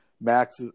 Max